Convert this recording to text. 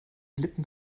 lippen